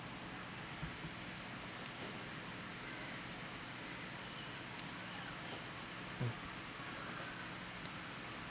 mm